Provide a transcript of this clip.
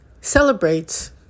celebrates